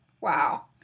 Wow